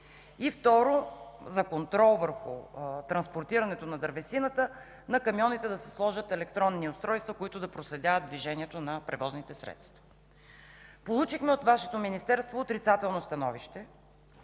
Второ, за контрол върху транспортирането на дървесината – на камионите да се сложат електронни устройства, които да проследяват движението на превозните средства. Получихме от Вашето Министерство отрицателно становище,